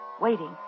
waiting